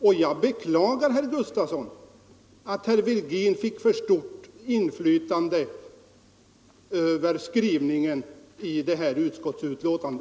Och jag beklagar, herr Gustavsson, att herr Virgin fick ; för stort inflytande över skrivningen i detta utskottsbetänkande.